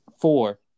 four